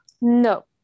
No